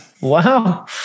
Wow